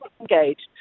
engaged